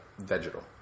vegetal